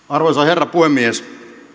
arvoisa herra puhemies